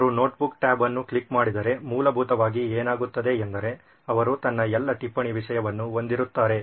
ಅವರು notebook tab ಅನ್ನು click ಮಾಡಿದರೆ ಮೂಲಭೂತವಾಗಿ ಏನಾಗುತ್ತದೆ ಎಂದರೆ ಅವರು ತನ್ನ ಎಲ್ಲಾ ಟಿಪ್ಪಣಿ ವಿಷಯವನ್ನು ಹೊಂದಿರುತ್ತಾರೆ